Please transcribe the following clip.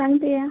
चालतं